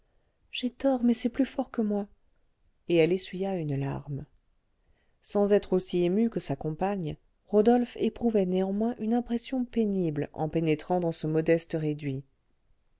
j'ai tort mais c'est plus fort que moi et elle essuya une larme sans être aussi ému que sa compagne rodolphe éprouvait néanmoins une impression pénible en pénétrant dans ce modeste réduit